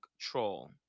troll